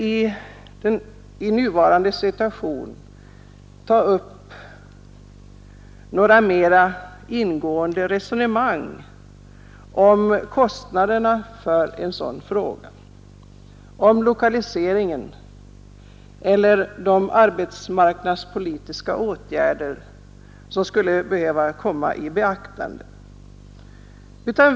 i Norrland och i Jag skall inte nu föra några mer ingående resonemang om kostnaderna Kopparbergs län, m.m. och lokaliseringen eller om de arbetsmarknadspolitiska åtgärder som skulle behöva övervägas.